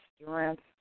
strength